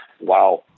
wow